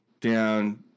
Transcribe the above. down